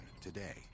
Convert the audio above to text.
today